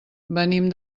venim